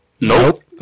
Nope